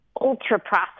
ultra-processed